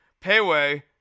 payway